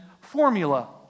formula